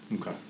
Okay